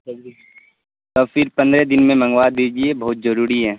تو پھر پندرہ دن میں منگوا دیجیے بہت ضروری ہے